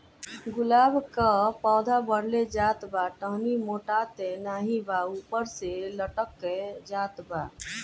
गुलाब क पौधा बढ़ले जात बा टहनी मोटात नाहीं बा ऊपर से लटक जात बा?